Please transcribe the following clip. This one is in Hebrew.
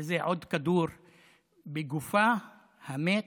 וזה עוד כדור בגופה המת,